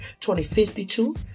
2052